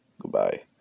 goodbye